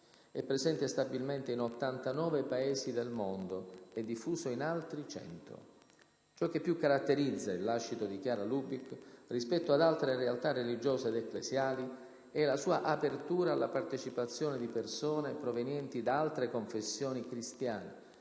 È presente stabilmente in 89 Paesi del mondo e diffuso in altri 100. Ciò che più caratterizza il lascito di Chiara Lubich, rispetto ad altre realtà religiose ed ecclesiali, è la sua apertura alla partecipazione di persone provenienti da altre confessioni cristiane